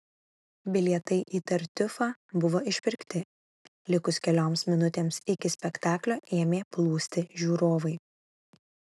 bilietai į tartiufą buvo išpirkti likus kelioms minutėms iki spektaklio ėmė plūsti žiūrovai